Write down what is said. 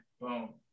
Boom